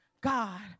God